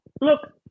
look